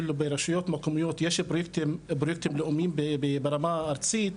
ברשויות מקומיות יש בריפטים לאומיים ברמה הארצית,